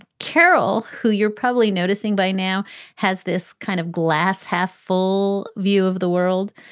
carol, who you're probably noticing by now has this kind of glass half full view of the world.